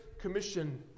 Commission